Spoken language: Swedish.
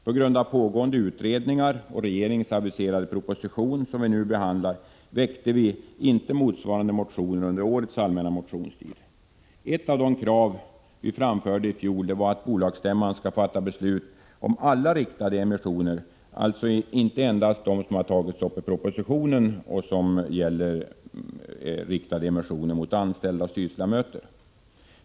På grund av pågående utredningar och regeringens aviserade proposition som vi nu behandlar väckte vi inte 109 framförde i fjol var att bolagsstämma skall fatta beslut om alla riktade emissioner, alltså inte endast de som tas upp i propositionen — nämligen de som riktas mot anställda och styrelseledamöter.